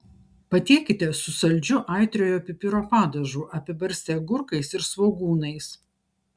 patiekite su saldžiu aitriojo pipiro padažu apibarstę agurkais ir svogūnais